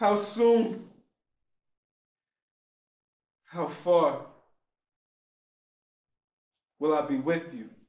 how soon how far will i be with you